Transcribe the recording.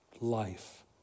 life